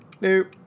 Nope